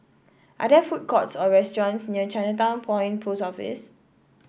are there food courts or restaurants near Chinatown Point Post Office